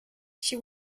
she